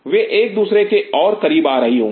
वे एक दूसरे के और करीब आ रही होंगी